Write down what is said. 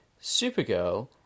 Supergirl